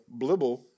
blibble